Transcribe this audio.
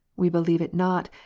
we be lieve it not,